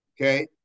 Okay